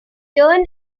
turn